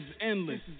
endless